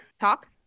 talk